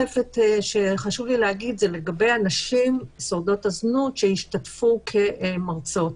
לגבי הנשים שורדות הזנות שהשתתפו כמרצות,